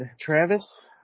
Travis